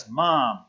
mom